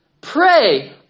pray